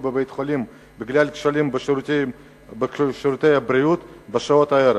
בבית-חולים בגלל כשלים בשירותי הבריאות בשעות הערב.